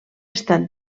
estat